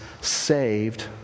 saved